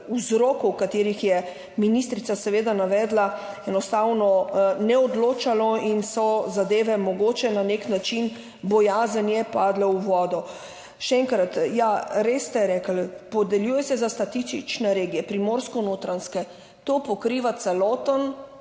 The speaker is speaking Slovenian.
vzrokov, ki jih je ministrica seveda navedla, enostavno ni odločalo in je zadeva, mogoče na nek način bojazen, padla v vodo. Še enkrat. Ja, res ste rekli, podeljuje se za statistične regije, Primorsko-notranjsko, to pokriva celoten